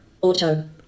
Auto